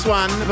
one